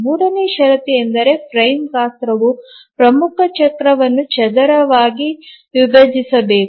ಮೂರನೆಯ ಷರತ್ತು ಎಂದರೆ ಫ್ರೇಮ್ ಗಾತ್ರವು ಪ್ರಮುಖ ಚಕ್ರವನ್ನು ಚದರವಾಗಿ ವಿಭಜಿಸಬೇಕು